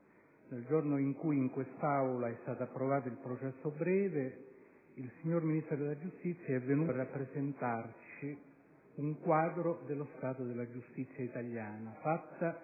nel giorno in cui in quest'Aula è stato approvato il processo breve, il signor Ministro della giustizia è venuto a rappresentarci un quadro dello stato della giustizia italiana fatto